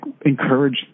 encourage